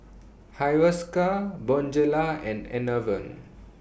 Hiruscar Bonjela and Enervon